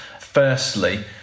Firstly